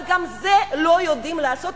אבל גם את זה לא יודעים לעשות.